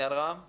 אוקיי, אז